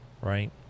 right